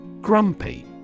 Grumpy